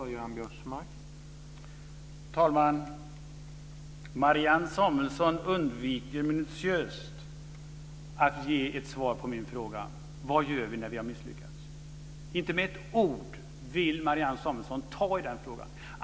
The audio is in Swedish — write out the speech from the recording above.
Herr talman! Marianne Samuelsson undviker minutiöst att ge ett svar på min fråga: Vad gör vi när vi har misslyckats? Inte med ett ord vill Marianne Samuelsson ta i den frågan.